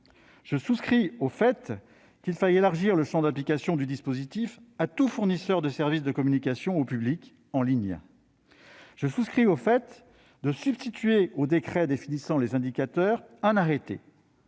Je souscris au fait qu'il faille élargir le champ d'application du dispositif à tout fournisseur de services de communication au public en ligne. Je souscris également à la proposition de substituer un arrêté au décret définissant les indicateurs.